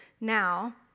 now